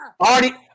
already